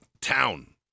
town